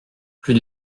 plus